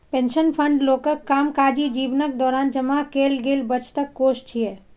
pension fund लोकक कामकाजी जीवनक दौरान जमा कैल गेल बचतक कोष छियै